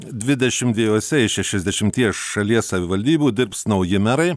dvidešimt dviejose iš šešiasdešimties šalies savivaldybių dirbs nauji merai